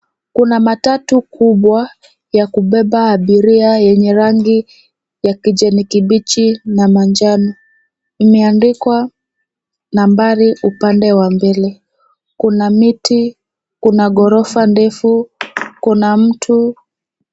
Kuna matatu kubwa ya kubeba abiria yenye rangi ya kijani kibichi na manjano. Imeandikwa nambari upande wa mbele. Kuna miti, kuna ghorofa ndefu, Kuna mtu.